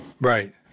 Right